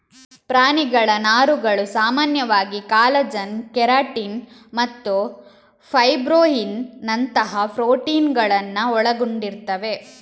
ಪ್ರಾಣಿಗಳ ನಾರುಗಳು ಸಾಮಾನ್ಯವಾಗಿ ಕಾಲಜನ್, ಕೆರಾಟಿನ್ ಮತ್ತು ಫೈಬ್ರೋಯಿನ್ ನಂತಹ ಪ್ರೋಟೀನುಗಳನ್ನ ಒಳಗೊಂಡಿರ್ತವೆ